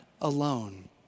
alone